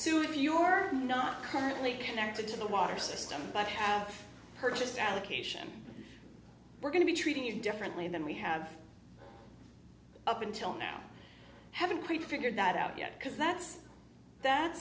sue if you are not currently connected to the water system but have purchased allocation we're going to be treating you differently than we have up until now haven't quite figured that out yet because that's that